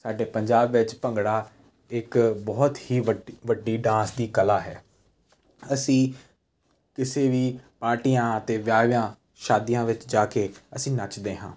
ਸਾਡੇ ਪੰਜਾਬ ਵਿੱਚ ਭੰਗੜਾ ਇੱਕ ਬਹੁਤ ਹੀ ਵੱਡੀ ਵੱਡੀ ਡਾਂਸ ਦੀ ਕਲਾ ਹੈ ਅਸੀਂ ਕਿਸੇ ਵੀ ਪਾਰਟੀਆਂ ਅਤੇ ਵਿਆਹਾਂ ਸ਼ਾਦੀਆਂ ਵਿੱਚ ਜਾ ਕੇ ਅਸੀਂ ਨੱਚਦੇ ਹਾਂ